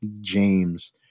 James